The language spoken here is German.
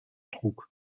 trug